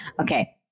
okay